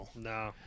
No